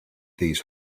these